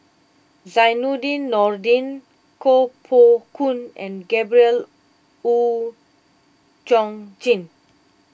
Zainudin Nordin Koh Poh Koon and Gabriel Oon Chong Jin